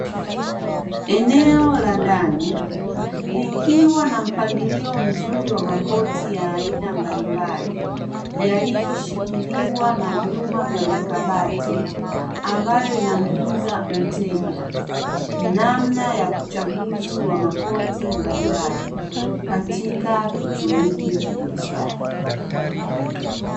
Eneo la ndani likiwa na mpangilio mzuri wa makoti ya aina mbalimbali, yaliyo shikiliwa na vyuma vya makabati, ambayo inamjuza mteja, namna ya uchaguzi wa makoti mbalimbali, katika kituo hiki cha biashara.